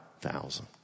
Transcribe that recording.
thousand